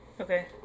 Okay